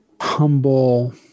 humble